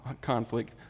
conflict